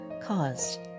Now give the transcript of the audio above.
caused